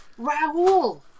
Raul